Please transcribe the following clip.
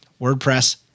WordPress